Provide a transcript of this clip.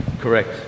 Correct